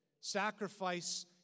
Sacrifice